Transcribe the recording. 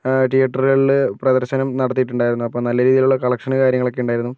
തീയറ്ററുകളിൽ പ്രദർശനം നടത്തിയിട്ട് ഉണ്ടായിരുന്നു അപ്പം നല്ല രീതിയിലുള്ള ഒരു കളക്ഷനും കാര്യങ്ങളൊക്കെ ഉണ്ടായിരുന്നു